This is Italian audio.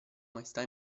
maestà